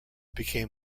became